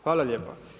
Hvala lijepa.